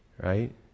Right